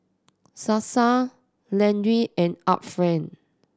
Sasa Laneige and Art Friend